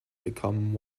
become